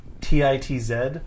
T-I-T-Z